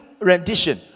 rendition